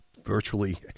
virtually